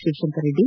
Shivashankar Reddy